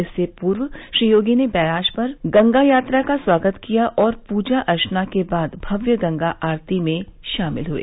इससे पूर्व श्री योगी ने बैराज पर गंगा यात्रा का स्वागत किया और पूजा अर्चना के बाद भव्य गंगा आरती में शामिल हुए